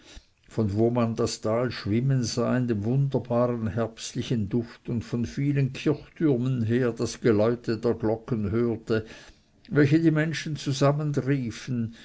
von wo man das tal schwimmen sah in dem wunderbaren herbstlichen duft und von vielen kirchtürmen her das geläute der glocken hörte welche die menschen